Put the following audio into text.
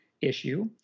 issue